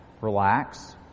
relax